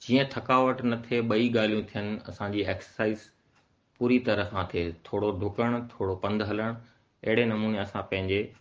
जीअं थकावट न थिए ॿई ॻाल्हियूं थियनि असांजी एक्सरसाइज पूरी तरह खां थिए थोरो डुकणु थोरो पंधु हलणु अहिड़े नमूने असां पंहिंजे